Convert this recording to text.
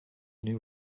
new